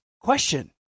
question